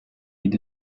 eat